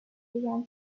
began